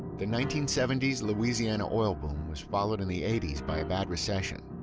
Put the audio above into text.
the nineteen seventy s louisiana oil boom was followed in the eighty s by a bad recession.